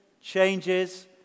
changes